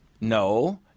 No